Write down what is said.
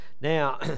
Now